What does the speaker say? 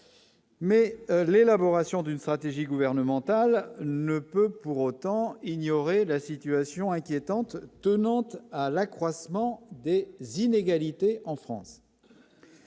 mais l'élaboration d'une stratégie gouvernementale ne peut pour autant ignorer la situation inquiétante tenantes à l'accroissement des dîners galite et en France.